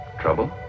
Trouble